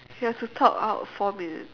we have to talk out four minutes